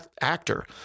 actor